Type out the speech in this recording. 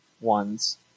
ones